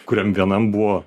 kuriam vienam buvo